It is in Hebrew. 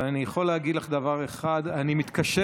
ואני יכול להגיד לך דבר אחד: אני מתקשה